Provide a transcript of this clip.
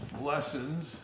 lessons